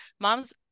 Moms